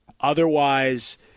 Otherwise